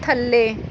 ਥੱਲੇ